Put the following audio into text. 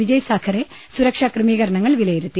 വിജയ് സാഖറെ സുരക്ഷാ ക്രമീ കരണങ്ങൾ വിലയിരുത്തി